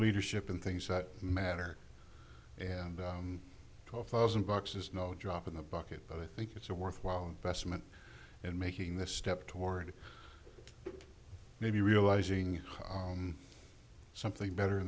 leadership in things that matter and twelve thousand bucks is no drop in the bucket but i think it's a worthwhile investment in making this step toward maybe realizing something better